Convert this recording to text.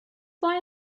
fly